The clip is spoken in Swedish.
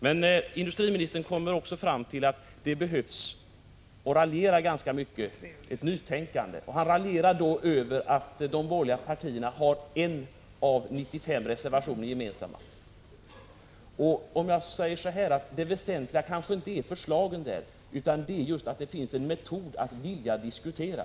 Men industriministern kom också fram till att det behövs ett nytänkande. Han raljerar över att endast en av 75 reservationer är gemensam för de borgerliga partierna. Men det väsentliga är kanske inte förslagen utan det väsentliga är just att det finns en vilja att diskutera.